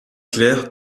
claires